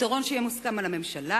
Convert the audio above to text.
פתרון שיהיה מוסכם על הממשלה,